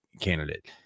candidate